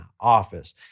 office